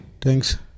Thanks